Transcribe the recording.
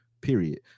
period